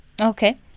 Okay